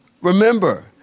remember